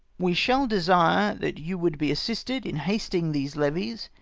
we shall desire that you would be assisted in hasting these levies,